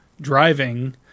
driving